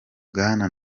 bwana